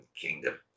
Kingdom